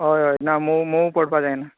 हय हय ना ना मोव मोव पडपा जायना